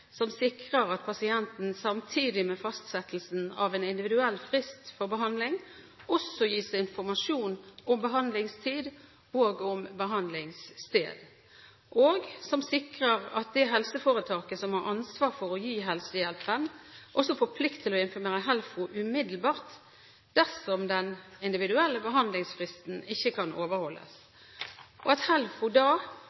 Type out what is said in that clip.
som sikrer at pasienten, samtidig med fastsettelsen av en individuell frist for behandling, også gis informasjon om behandlingstid og behandlingssted, og som sikrer at det helseforetaket som har ansvar for å gi helsehjelpen, også får plikt til å informere HELFO umiddelbart dersom den individuelle behandlingsfristen ikke kan overholdes,